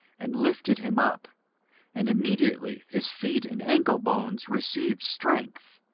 and lifted him up and immediately his feet and ankle bones received strength.